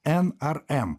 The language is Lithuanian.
n r m